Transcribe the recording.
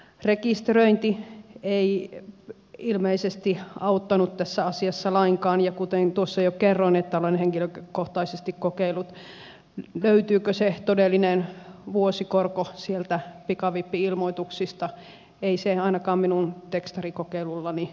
rekisteröinti ei ilmeisesti auttanut tässä asiassa lainkaan ja kuten tuossa jo kerroin että olen henkilökohtaisesti kokeillut löytyykö se todellinen vuosikorko sieltä pikavippi ilmoituksista ei se ainakaan minun tekstarikokeilullani löytynyt